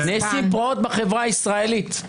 נעשות פרעות בחברה הישראלית.